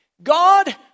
God